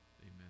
Amen